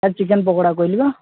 sir chicken pakora କହିଲି ବା